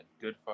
good